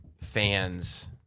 fans